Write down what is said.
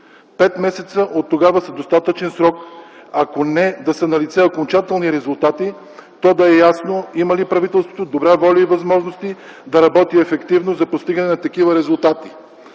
Пет месеца оттогава са достатъчен срок, ако не да са налице окончателни резултати, то да е ясно има ли правителството добра воля и възможности да работи ефективно за постигане на такива резултати.